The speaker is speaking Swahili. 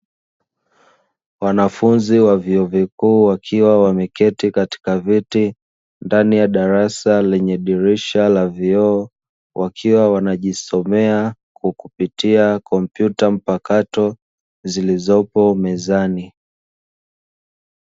Wanafunzi wa vyuo vikuu wakiwa wameketi katika viti, ndani ya darasa lenye dirisha la vioo, wakiwa wanajisomea kukupitia kompyuta mpakato zilizopo mezani.